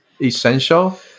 essential